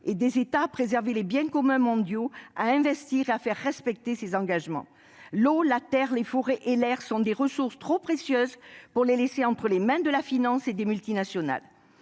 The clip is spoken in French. et des États à préserver les biens communs mondiaux, à investir et à faire respecter ces engagements. L'eau, la terre, les forêts et l'air sont des ressources trop précieuses pour les laisser entre les mains de la finance et des multinationales.